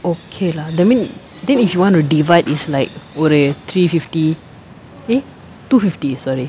okay lah that mean then if you want to divide is like ஒரு:oru three fifty eh two fifty sorry